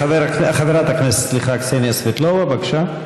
חברת הכנסת סבטלובה, בבקשה.